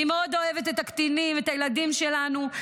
אני מאוד אוהבת את הקטינים ואת הילדים שלנו,